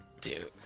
Dude